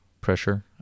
pressure